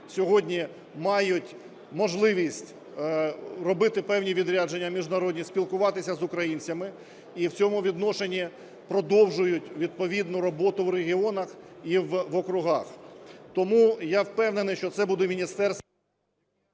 сьогодні мають можливість робити певні відрядження міжнародні, спілкуватися з українцями. І в цьому відношенні продовжують відповідну роботу в регіонах і в округах. Тому я впевнений, що це буде міністерство...